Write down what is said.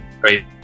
Great